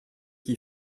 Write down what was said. qui